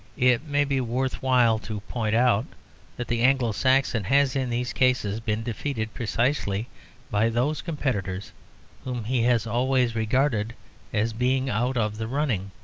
it may be worth while to point out that the anglo-saxon has in these cases been defeated precisely by those competitors whom he has always regarded as being out of the running